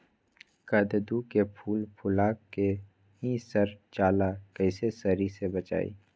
कददु के फूल फुला के ही सर जाला कइसे सरी से बचाई?